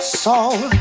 soul